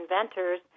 inventors